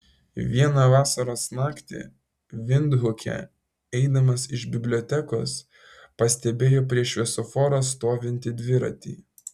vieną vasaros naktį vindhuke eidamas iš bibliotekos pastebėjo prie šviesoforo stovintį dviratį